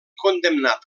condemnat